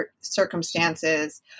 circumstances